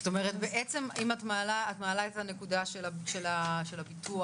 את מעלה את הנקודה של הביטוח